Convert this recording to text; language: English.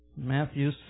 Matthew